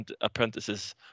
apprentices